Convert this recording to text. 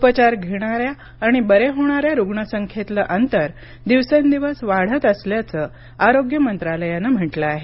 उपचार घेणाऱ्या आणि बरे होणाऱ्या रुग्ण संख्येतलं अंतर दिवसेंदिवस वाढत असल्याचं आरोग्य मंत्रालयानं म्हटलं आहे